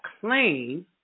claim